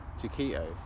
chiquito